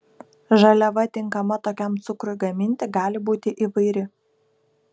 žaliava tinkama tokiam cukrui gaminti gali būti įvairi